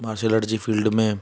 martial arts जी field में